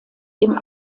dem